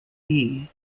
will